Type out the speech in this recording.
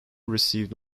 received